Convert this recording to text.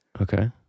Okay